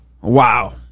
Wow